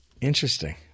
Interesting